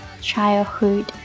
childhood